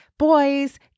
Boys